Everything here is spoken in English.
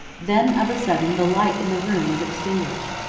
then, of a sudden, the light in the room was extinguished.